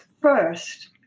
first